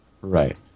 Right